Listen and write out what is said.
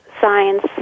science